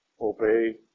obey